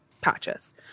patches